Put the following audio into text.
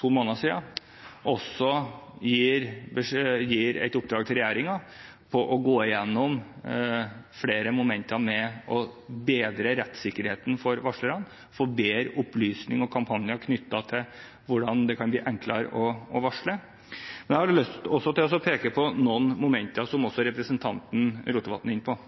to måneder siden, også gir et oppdrag til regjeringen om å gå gjennom flere momenter for å bedre rettssikkerheten for varslerne, få bedre opplysning og kampanjer knyttet til hvordan det kan bli enklere å varsle. Jeg har også lyst til å peke på noen momenter som også representanten Rotevatn var inne på.